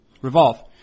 revolve